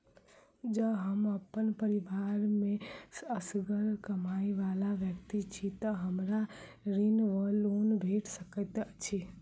जँ हम अप्पन परिवार मे असगर कमाई वला व्यक्ति छी तऽ हमरा ऋण वा लोन भेट सकैत अछि?